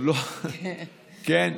כן.